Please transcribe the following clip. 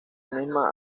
misma